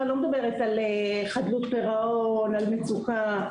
אני לא מדברת על חדלות פירעון או מצוקה.